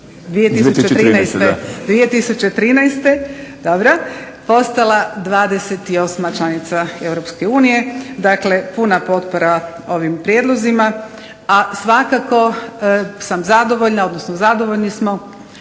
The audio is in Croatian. dobro postala 28 članica Europske unije. Dakle, puna potpora ovim prijedlozima, a svakako sam zadovoljna, odnosno zadovoljni smo